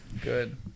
good